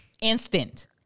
instant